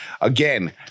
Again